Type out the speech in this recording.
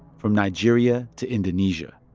from nigeria to indonesia.